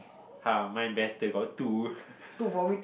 mine better got two